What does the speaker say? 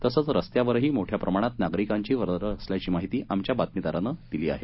तसंच रस्त्यावरही मोठ्या प्रमाणात नागरिकांची वर्दळ असल्याची माहिती आमच्या बातमीदारानं दिली आहे